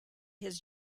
his